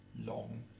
long